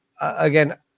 again